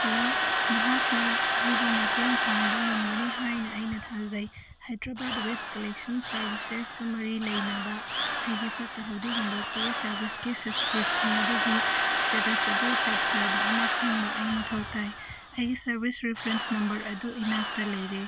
hello ꯅꯍꯥꯛꯅ ꯑꯩꯕꯨ ꯃꯇꯦꯡ ꯄꯥꯡꯕ ꯉꯝꯒꯅꯤ ꯍꯥꯏꯅ ꯑꯩꯅ ꯊꯥꯖꯩ ꯍꯥꯏꯗ꯭ꯔꯕꯥꯠ ꯋꯦꯁ ꯀꯂꯦꯛꯁꯟ ꯁꯔꯚꯤꯁꯦꯁꯀ ꯃꯔꯤ ꯂꯩꯅꯕ ꯑꯩꯒꯤ ꯐꯠꯇ ꯍꯥꯎꯗꯤ ꯍꯨꯟꯗꯣꯛꯄꯒꯤ ꯁꯔꯚꯤꯁꯀꯤ ꯁꯞꯁꯀ꯭ꯔꯤꯞꯁꯟ ꯑꯗꯨꯒꯤ ꯏꯁꯇꯦꯇꯁ ꯑꯗꯨ ꯆꯞ ꯆꯥꯕ ꯑꯃ ꯈꯪꯕ ꯑꯩ ꯃꯊꯧ ꯇꯥꯏ ꯑꯩꯒꯤ ꯁꯔꯚꯤꯁ ꯔꯤꯐ꯭ꯔꯦꯟꯁ ꯅꯝꯕꯔ ꯑꯗꯨ ꯏꯅꯥꯛꯇ ꯂꯩꯔꯦ